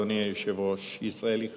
אדוני היושב-ראש: ישראל היא חזקה.